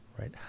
Right